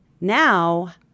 Now